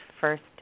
First